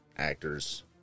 actors